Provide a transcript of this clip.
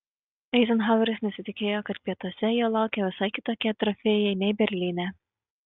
eizenhaueris nesitikėjo kad pietuose jo laukia visai kitokie trofėjai nei berlyne